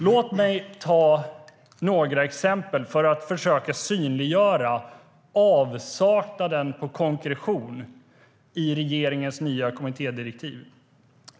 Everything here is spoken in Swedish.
Låt mig ta några exempel för att försöka synliggöra avsaknaden på konkretion i regeringens nya kommittédirektiv.